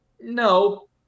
No